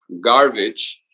Garbage